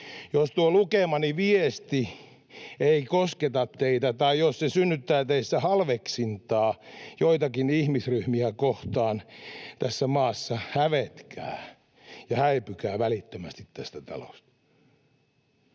Jos tuo lukemani viesti ei kosketa teitä tai jos se synnyttää teissä halveksintaa joitakin ihmisryhmiä kohtaan tässä maassa, hävetkää ja häipykää välittömästi tästä talosta.